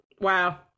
Wow